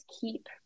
keep